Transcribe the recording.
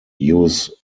use